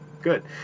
Good